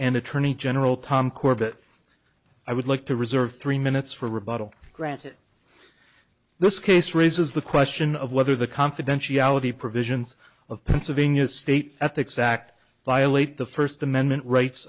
and attorney general tom corbett i would like to reserve three minutes for rebuttal granted this case raises the question of whether the confidentiality provisions of pennsylvania state at the exact violate the first amendment rights